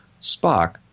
Spock